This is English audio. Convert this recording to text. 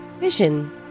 vision